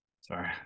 Sorry